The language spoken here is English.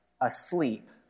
asleep